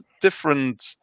different